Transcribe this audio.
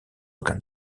aucun